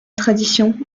tradition